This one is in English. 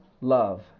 love